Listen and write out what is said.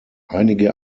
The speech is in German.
einige